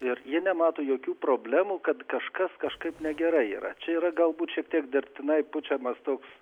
ir ji nemato jokių problemų kad kažkas kažkaip negerai yra čia yra galbūt šiek tiek dirbtinai pučiamas toks